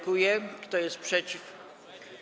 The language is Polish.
Kto jest przeciw?